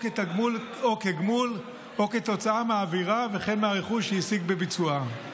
כתגמול או כתוצאה מהעבירה וכן מהרכוש שהשיג מביצועה.